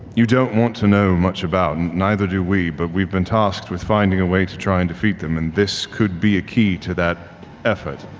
you don't want to know much about and neither do we, but we've been tasked with finding a way to try and defeat them and this could be a key to that effort.